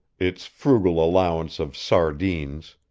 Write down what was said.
its frugal allowance of sardines,